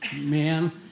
man